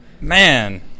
Man